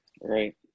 Right